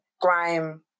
grime